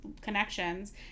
connections